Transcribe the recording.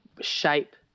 shape